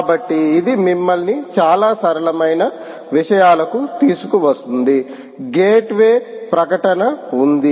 కాబట్టి ఇది మమ్మల్ని చాలా సరళమైన విషయాలకు తీసుకువస్తుంది గేట్వే ప్రకటన ఉంది